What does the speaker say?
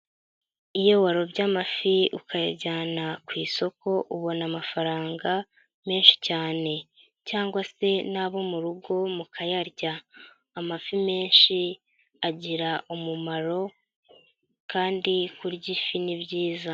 Iyo warobye amafi ukayajyana ku isoko ubona amafaranga menshi cyane cyangwa se n'abo mu rugo mukayarya. Amafi menshi agira umumaro kandi kurya ifi ni byiza.